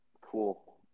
Cool